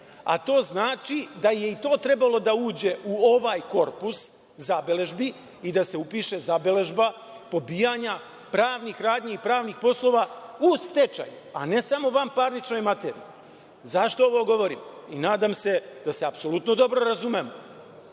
a to znači da je i to trebalo da uđe u ovaj korpus zabeležbi i da se upiše zabeležba pobijanja pravnih radnji i pravnih poslova u stečaju, a ne samo vanparničnoj materiji.Zašto ovo govorim? Nadam se da se apsolutno dobro razumemo,